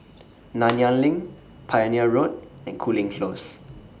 Nanyang LINK Pioneer Road and Cooling Close